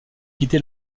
quitté